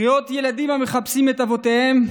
קריאות ילדים המחפשים את אבותיהם,